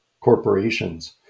corporations